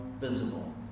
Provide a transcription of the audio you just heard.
visible